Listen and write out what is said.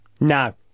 no